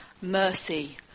Mercy